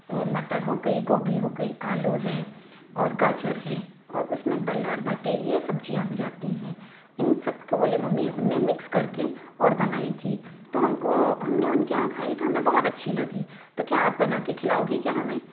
मटर हो गई गोभी हो गई आलू है और गाजर है और उसमें बलहर भठ्ठे ये सब सब्ज़ियाँ हो जाती हैं इन सबको बोले मम्मी उनने मिक्स करके और बनाई थी तो हमको हमने उनके यहाँ खाई तो हमें बहुत अच्छी लगी तो क्या आप बनाके खिलाओगी क्या हमें